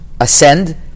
ascend